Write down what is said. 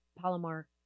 Palomar